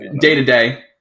day-to-day